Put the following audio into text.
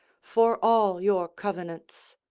for all your covenants.